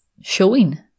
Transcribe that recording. showing